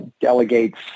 delegates